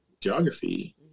geography